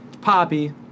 poppy